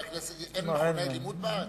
אין מכוני לימוד בארץ?